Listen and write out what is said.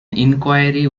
inquiry